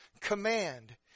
command